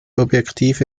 objektive